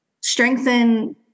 strengthen